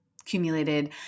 accumulated